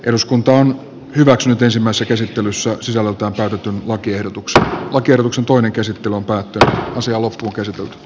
eduskunta on hyväksynyt ensimmäiset esittelyssä sisällä takertunut lakiehdotuksella on kierroksen toinen voittaa on lakiehdotus hylätty